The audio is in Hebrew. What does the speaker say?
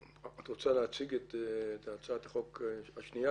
את רוצה להציג את הצעת החוק השנייה,